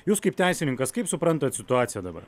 jūs kaip teisininkas kaip suprantat situaciją dabar